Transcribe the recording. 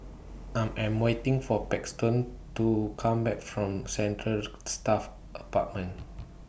I Am waiting For Paxton to Come Back from Central Staff Apartment